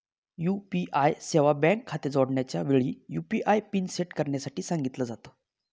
UPI सेवा bank खाते जोडण्याच्या वेळी, यु.पी.आय पिन सेट करण्यासाठी सांगितल जात